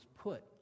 put